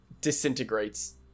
disintegrates